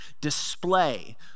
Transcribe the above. display